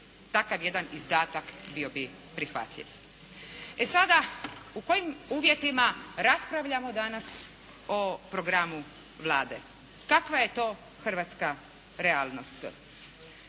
takav jedan izdatak bio bi prihvatljiv. E sada u kojim uvjetima raspravljamo danas o programu Vlade. Kakva je to hrvatska realnost?